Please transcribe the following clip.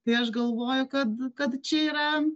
tai aš galvoju kad kad čia yra